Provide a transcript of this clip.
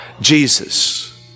Jesus